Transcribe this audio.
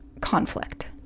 conflict